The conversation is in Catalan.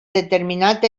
determinat